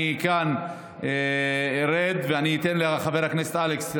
אני כאן ארד ואתן לחבר הכנסת אלכס,